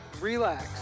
relax